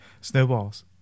Snowballs